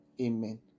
amen